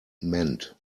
mend